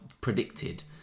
predicted